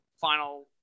final